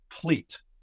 complete